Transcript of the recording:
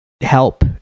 help